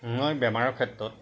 মই বেমাৰৰ ক্ষেত্ৰত